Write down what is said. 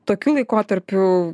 tokiu laikotarpiu